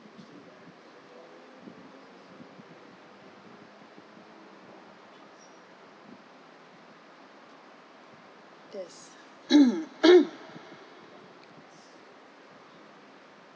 yes